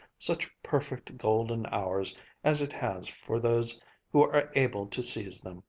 such perfect, golden hours as it has for those who are able to seize them.